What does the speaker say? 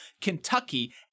Kentucky